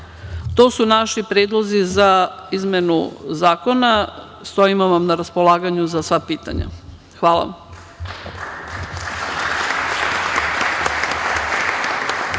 su naši predlozi za izmenu zakona. Stojimo vam na raspolaganju za sva pitanja. Hvala vam.